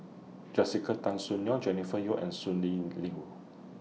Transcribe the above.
Jessica Tan Soon Neo Jennifer Yeo and Sonny Liew